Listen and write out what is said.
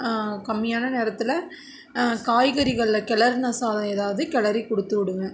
கம்மியான நேரத்தில் காய்கறிகளில் கிளறுன சாதம் ஏதாவது கிளறி கொடுத்து விடுவேன்